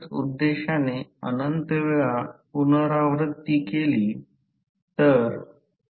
आता म्हणून आपण गृहित धरू की आपण तांबे loss X2 Wc Wc I2 2 fl Re2 याला पूर्ण भारित तांबे लॉस म्हणतात